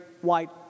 white